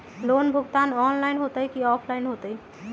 Loan भुगतान online होतई कि ऑफलाइन होतई?